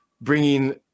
bringing